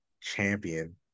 champion